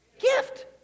gift